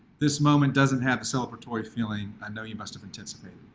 this moment doesn't have a celebratory feeling, i know you must have anticipated.